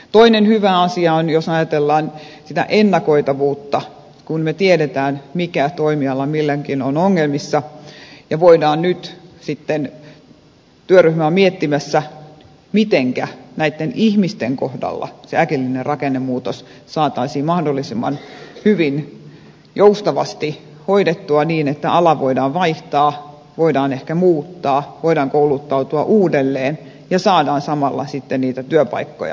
toinen hyvä asia on jos ajatellaan sitä ennakoitavuutta kun me tiedämme mikä toimiala milloinkin on ongelmissa että nyt sitten työryhmä on miettimässä mitenkä näitten ihmisten kohdalla se äkillinen rakennemuutos saataisiin mahdollisimman hyvin joustavasti hoidettua niin että alaa voidaan vaihtaa voidaan ehkä muuttaa voidaan kouluttautua uudelleen ja saadaan samalla sitten niitä työpaikkoja sinne alueille